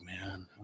man